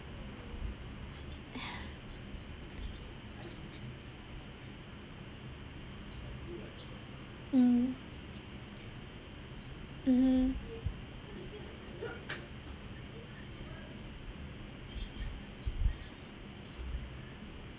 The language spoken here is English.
mm mmhmm